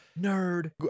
nerd